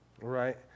Right